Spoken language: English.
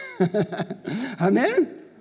Amen